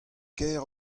kêr